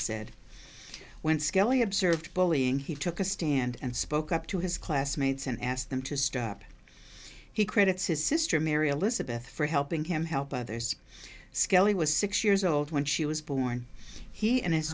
said when skelly observed bullying he took a stand and spoke up to his classmates and asked them to stop he credits his sister mary elizabeth for helping him help others scully was six years old when she was born he and his